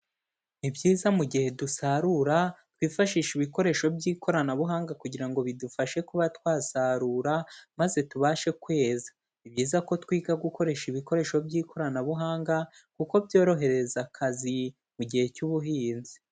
Ibyiza mu gihe dusarura, twifashishe ibikoresho by'ikoranabuhanga kugira bidufashe kuba twasarura, maze tubashe kweza. Ni byiza ko twiga gukoresha ibikoresho by'ikoranabuhanga, kuko byorohereza akazi mu gihe cy'ubuhinzi.